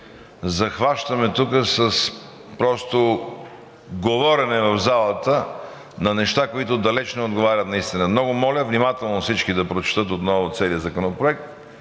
захващаме тука с просто говорене в залата на неща, които далеч не отговарят на истината. Много моля всички внимателно да прочетат отново целия законопроект,